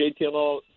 JTL